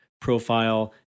profile